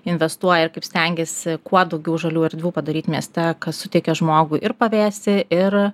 investuoja ir kaip stengiasi kuo daugiau žalių erdvių padaryt mieste kas suteikia žmogui ir pavėsį ir